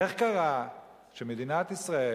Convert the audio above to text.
איך קרה שמדינת ישראל